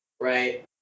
right